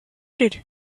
did